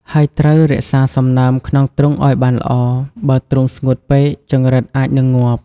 ហើយត្រូវរក្សាសំណើមក្នុងទ្រុងឲ្យបានល្អ បើទ្រុងស្ងួតពេក ចង្រិតអាចនឹងងាប់។